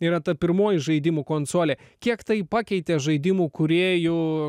yra ta pirmoji žaidimų konsolė kiek tai pakeitė žaidimų kūrėjų